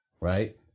right